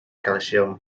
calcium